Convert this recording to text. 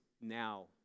now